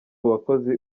bakoze